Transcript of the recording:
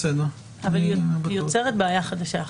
היא יוצרת בעיה חדשה.